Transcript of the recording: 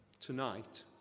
tonight